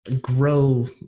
grow